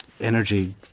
energy